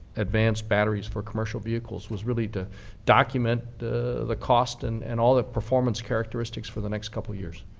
advanced batteries for commercial vehicles, was really to document the the cost and and all the performance characteristics for the next couple of years.